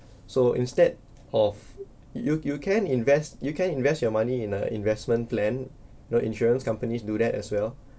so instead of you you can invest you can invest your money in a investment plan know insurance companies do that as well